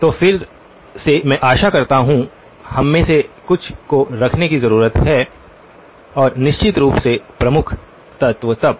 तो फिर से मैं आशा करता हूं 0655 हममें से कुछ को रखने की जरूरत है 0658 और निश्चित रूप से प्रमुख तत्व तब